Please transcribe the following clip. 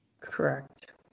Correct